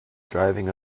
driving